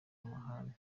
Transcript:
amahane